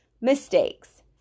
Mistakes